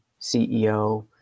CEO